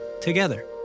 together